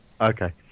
Okay